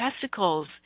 testicles